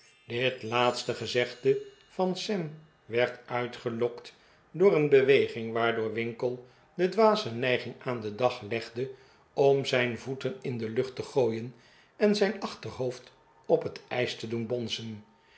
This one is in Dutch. dit laatste gezegde van sam werd uitgelokt door een beweging waardoor winkle de dwaze neiging aan den dag legde om zijn voeten in de lucht te gooien en zijn achterhoofd op het ijs te doen bonzen